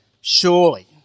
Surely